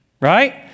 right